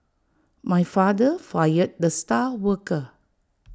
my father fired the star worker